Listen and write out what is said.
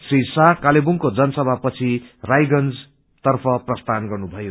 श्री शाह कालेबुङको जनसभापछि रायगंजतर्फ प्रस्थान गर्नुभयो